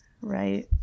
Right